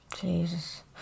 Jesus